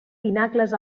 pinacles